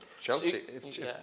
Chelsea